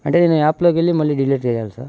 అంటే నేను యాప్లోకి వెళ్ళి మళ్ళీ డిలీట్ చేయాలి సార్